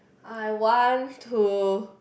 I want to